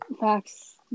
facts